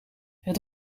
het